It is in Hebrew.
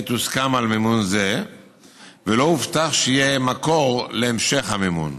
עת הוסכם על מימון זה לא הובטח שיהיה מקור להמשך המימון.